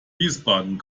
wiesbaden